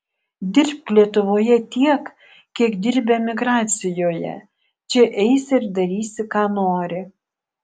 dirbk lietuvoje tiek kiek dirbi emigracijoje čia eisi ir darysi ką nori